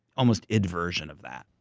almost id version of that.